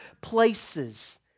places